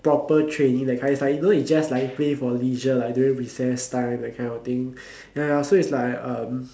proper training that kind is like you know you just like play for leisure like during recess time that kind of thing ya ya so it's like um